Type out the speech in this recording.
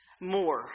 more